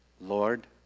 Lord